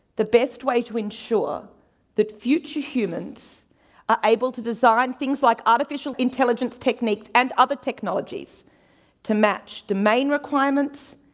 the best way to ensure that future humans are able to design things like artificial intelligence techniques and other technologies to match domain requirements,